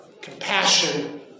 compassion